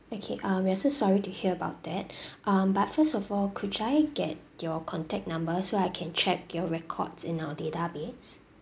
okay uh we are so sorry to hear about that um but first of all could I get your contact number so I can check your records in our database